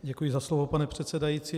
Děkuji za slovo, pane předsedající.